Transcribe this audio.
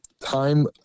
time